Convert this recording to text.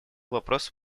вопрос